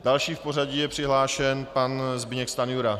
Další v pořadí je přihlášen pan Zbyněk Stanjura.